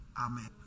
Amen